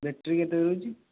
battery କେତେ ଦେଉଛି